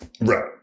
Right